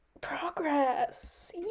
progress